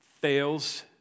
fails